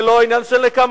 זה לא עניין של נקמה.